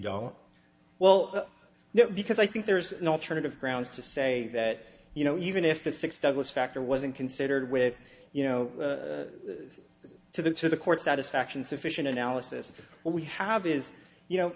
don't well because i think there's no alternative grounds to say that you know even if the six douglas factor wasn't considered with you know to the to the court satisfaction sufficient analysis what we have is you know